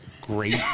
great